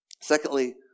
Secondly